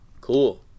cool